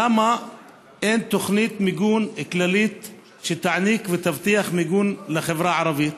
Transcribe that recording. למה אין תוכנית מיגון כללית שתעניק ותבטיח מיגון לחברה הערבית?